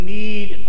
need